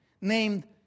named